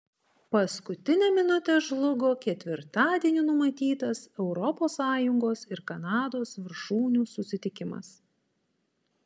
paskutinę minutę žlugo ketvirtadienį numatytas europos sąjungos ir kanados viršūnių susitikimas